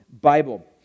Bible